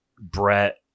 brett